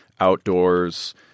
outdoors